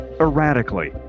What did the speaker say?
erratically